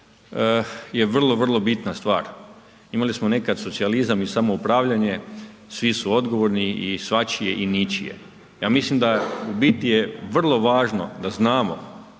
je vrlo, vrlo bitna stvar. Imali smo nekad socijalizam i samoupravljanje, svi su odgovorni i svačije i ničije. Ja mislim da u biti je vrlo važno da znamo